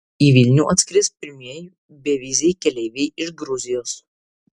į vilnių atskris pirmieji beviziai keleiviai iš gruzijos